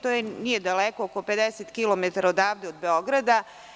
To nije daleko, oko 50 kilometara odavde, od Beograda.